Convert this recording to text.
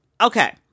Okay